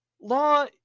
Law